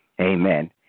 Amen